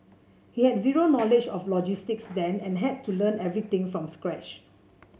he had zero knowledge of logistics then and had to learn everything from scratch